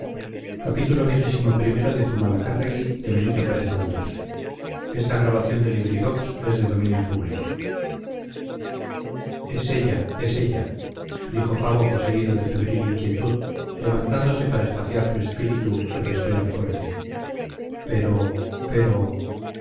es ella es ella dijo fago poseído de febril inquietud levantándose para espaciar su espíritu y respirar fuerte pero pero